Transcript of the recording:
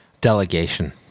delegation